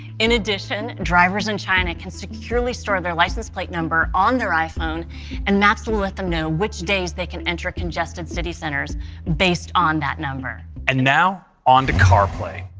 in addition, drivers in china can securely store their license plate number on their iphone and maps will let them know which days they can enter congested city centers based on that number. and now, on the carplay.